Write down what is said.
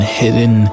hidden